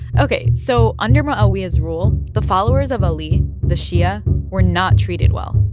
ok. so under muawiyah's rule, the followers of ali the shia were not treated well,